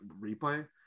replay